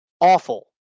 Awful